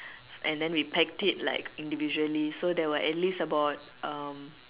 and then we packed it like individually so there was at least about um